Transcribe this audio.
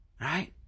right